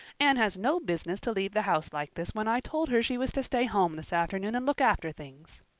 anne has no business to leave the house like this when i told her she was to stay home this afternoon and look after things.